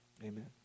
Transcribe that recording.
Amen